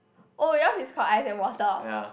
oh yours is called ice and water